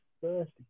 first